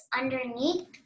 underneath